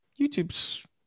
YouTube's